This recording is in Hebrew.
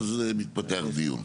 ואז מתפתח דיון.